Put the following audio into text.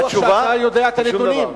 התשובה, משום דבר.